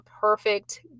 perfect